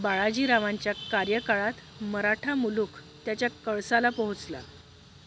बाळाजीरावांच्या कार्यकाळात मराठा मुलुख त्याच्या कळसाला पोहोचला